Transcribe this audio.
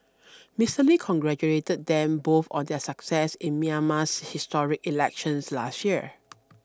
Mister Lee congratulated them both on their success in Myanmar's historic elections last year